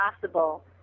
possible